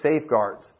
safeguards